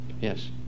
Yes